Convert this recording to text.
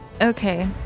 Okay